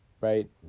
right